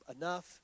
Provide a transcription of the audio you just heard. enough